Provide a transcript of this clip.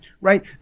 right